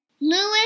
Lewis